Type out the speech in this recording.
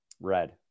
red